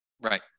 Right